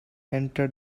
entered